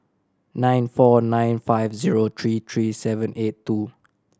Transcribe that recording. nine four nine five zero three three seven eight two